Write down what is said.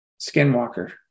skinwalker